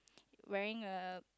wearing a